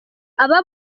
aba